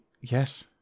Yes